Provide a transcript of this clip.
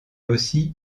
aussi